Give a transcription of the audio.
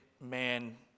man